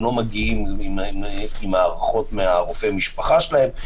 הם לא מגיעים עם הערכות מרופא המשפחה שלהם,